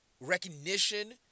recognition